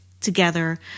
together